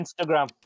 Instagram